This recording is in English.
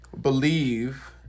believe